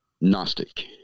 Gnostic